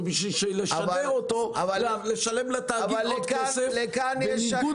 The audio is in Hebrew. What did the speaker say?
ובשביל לשדר אותו לשלם לתאגיד עוד כסף בניגוד